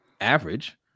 average